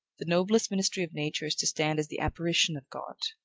the noblest ministry of nature is to stand as the apparition of god.